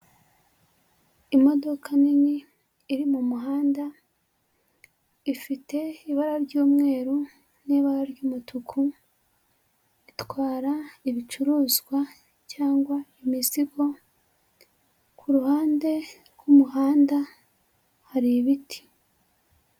Imodoka nini iri mu muhanda ifite ibara ry'umweru n'ibara ry'umutuku, itwara ibicuruzwa cyangwa imizigo, ku ruhande rw'umuhanda hari ibiti.